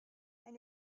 and